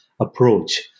Approach